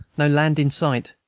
no land in sight,